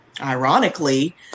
ironically